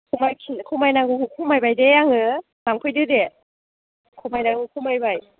खमायनांगौखौ खमायबाय दे आङो लांफैदो दे खमायनांगौखौ खमायबाय